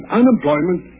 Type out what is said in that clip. unemployment